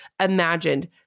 imagined